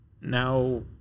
now